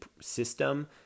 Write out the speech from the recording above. system